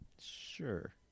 Sure